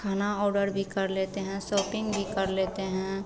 खाना ऑर्डर भी कर लेते हैं शॉपिन्ग भी कर लेते हैं